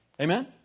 Amen